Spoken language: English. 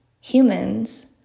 Humans